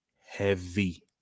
heavy